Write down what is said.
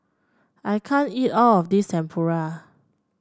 I can't eat all of this Tempura